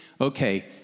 Okay